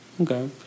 Okay